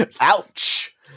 ouch